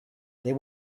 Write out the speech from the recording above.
there